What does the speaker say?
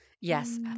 Yes